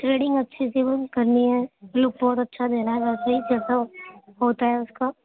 threading اچھے سے ہی کرنی ہے بہت اچھا رہنا صحیح کرتا ہوتا ہے اس کا